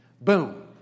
Boom